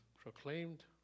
Proclaimed